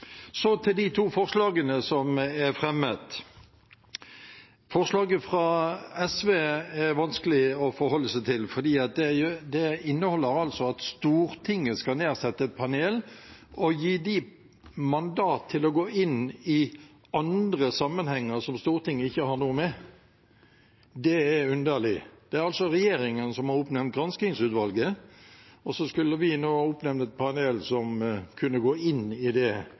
at Stortinget skal nedsette et panel og gi det mandat til å gå inn i andre sammenhenger som Stortinget ikke har noe med. Det er underlig. Det er altså regjeringen som har oppnevnt granskingsutvalget, og så skulle vi nå oppnevne et panel som kunne gå inn i det